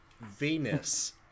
venus